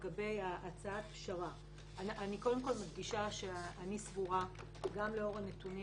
לגבי הצעת פשרה אני מדגישה שאני סבורה גם בעקבות הנתונים